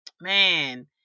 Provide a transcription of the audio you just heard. man